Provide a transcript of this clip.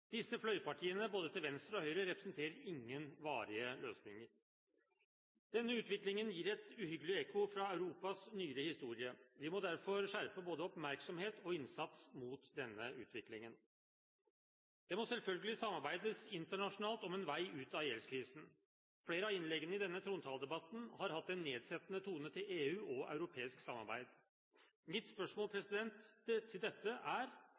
Disse fløypartiene, både til venstre og høyre, representerer ingen varige løsninger. Denne utviklingen gir et uhyggelig ekko fra Europas nyere historie. Vi må derfor skjerpe både oppmerksomhet og innsats mot denne utviklingen. Det må selvfølgelig samarbeides internasjonalt om en vei ut av gjeldskrisen. Flere av innleggene i denne trontaledebatten har hatt en nedsettende tone til EU og europeisk samarbeid. Mitt spørsmål til dette er: